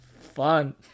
fun